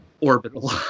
orbital